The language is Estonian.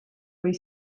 või